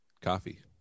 coffee